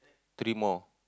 three more